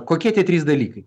kokie tie trys dalykai